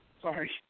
sorry